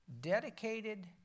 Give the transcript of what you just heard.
dedicated